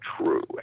true